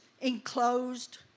enclosed